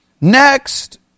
Next